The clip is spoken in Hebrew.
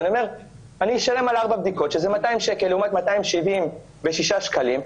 אני מזכירה שמדובר על כניסה ויציאה מהארץ באזרחים.